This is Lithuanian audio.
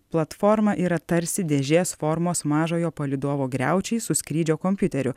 platforma yra tarsi dėžės formos mažojo palydovo griaučiai su skrydžio kompiuteriu